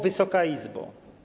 Wysoka Izbo!